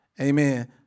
Amen